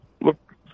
look